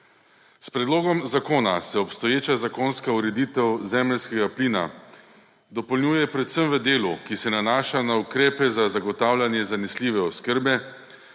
S predlogom zakona se obstoječa zakonska ureditev zemeljskega plina dopolnjuje predvsem v delu, ki se nanaša na ukrepe za zagotavljanje zanesljive oskrbe,